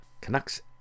Canucks